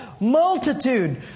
multitude